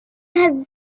has